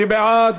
מי בעד?